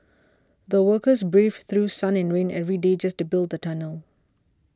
the workers braved through sun and rain every day just to build the tunnel